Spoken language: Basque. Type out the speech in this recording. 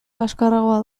kaxkarragoa